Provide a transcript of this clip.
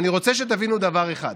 אני רוצה שתבינו דבר אחד: